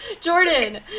Jordan